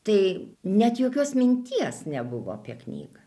tai net jokios minties nebuvo apie knygą